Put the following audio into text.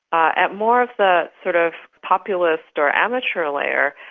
at more of the sort of populist or amateur layer,